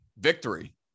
Victory